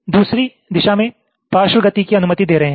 आप दूसरी दिशा में पार्श्व गति की अनुमति दे रहे हैं